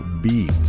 Beat